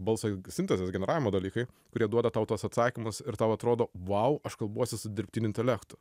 balso sintezės generavimo dalykai kurie duoda tau tuos atsakymus ir tau atrodo vau aš kalbuosi su dirbtiniu intelektu